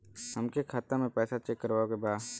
हमरे खाता मे पैसा चेक करवावे के बा?